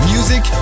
Music